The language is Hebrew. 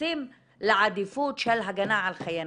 מתייחסים לעדיפות של הגנה על חיי נשים.